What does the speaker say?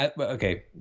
Okay